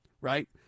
right